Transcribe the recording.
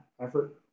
effort